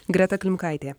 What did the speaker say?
greta klimkaitė